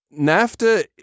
NAFTA